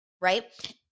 right